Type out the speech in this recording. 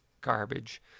garbage